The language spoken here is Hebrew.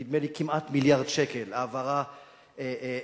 נדמה לי כמעט מיליארד שקל העברה להתנחלויות.